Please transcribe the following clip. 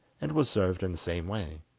and was served in the same way.